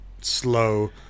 slow